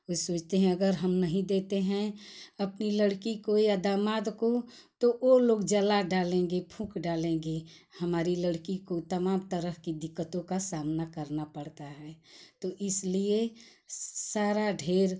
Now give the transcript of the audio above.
वह सोचते हैं अगर हम नहीं देते हैं अपनी लड़की को या दामाद को तो वह लोग जला डालेंगे फूँक डालेंगे हमारी लड़की को तमाम तरह की दिक्कतों का सामना करना पड़ता है तो इसलिए सारा ढेर